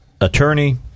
attorney